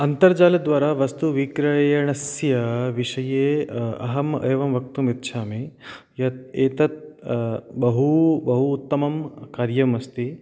अन्तर्जालद्वारा वस्तुविक्रयणस्य विषये अहम् एवं वक्तुमिच्छामि यत् एतत् बहु बहु उत्तमं कार्यमस्ति